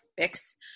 fix